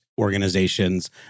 organizations